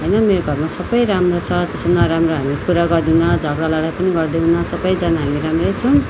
होइन मेरो घरमा सबै राम्रो छ त्यस्तो नराम्रो हामी कुरा गर्दैनौँ झगडा लडाइँ पनि गर्दैनौँ सबैजना हामी राम्रै छौँ